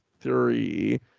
three